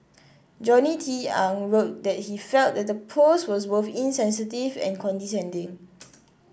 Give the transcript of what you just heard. Johnny Tang wrote that he felt the post was both insensitive and condescending